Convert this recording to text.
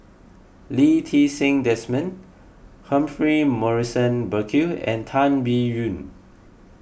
Lee Ti Seng Desmond Humphrey Morrison Burkill and Tan Biyun